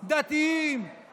דתיים,